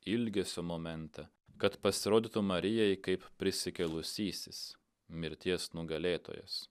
ilgesio momentą kad pasirodytų marijai kaip prisikėlusysis mirties nugalėtojas